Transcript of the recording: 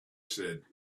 said